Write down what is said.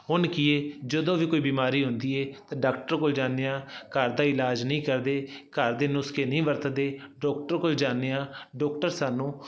ਹੁਣ ਕੀ ਹੈ ਜਦੋਂ ਵੀ ਕੋਈ ਬਿਮਾਰੀ ਹੁੰਦੀ ਹੈ ਤਾਂ ਡਾਕਟਰ ਕੋਲ ਜਾਂਦੇ ਹਾਂ ਘਰ ਦਾ ਇਲਾਜ ਨਹੀਂ ਕਰਦੇ ਘਰ ਦੇ ਨੁਸਖੇ ਨਹੀਂ ਵਰਤਦੇ ਡਾਕਟਰ ਕੋਲ ਜਾਂਦੇ ਹਾਂ ਡਾਕਟਰ ਸਾਨੂੰ